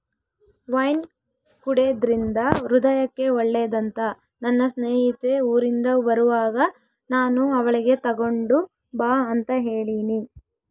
wine ಕುಡೆದ್ರಿಂದ ಹೃದಯಕ್ಕೆ ಒಳ್ಳೆದಂತ ನನ್ನ ಸ್ನೇಹಿತೆ ಊರಿಂದ ಬರುವಾಗ ನಾನು ಅವಳಿಗೆ ತಗೊಂಡು ಬಾ ಅಂತ ಹೇಳಿನಿ